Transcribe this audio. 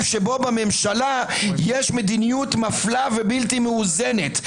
שבו בממשלה יש מדיניות מפלה ובלתי מאוזנת,